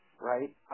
right